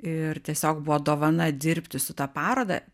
ir tiesiog buvo dovana dirbti su ta paroda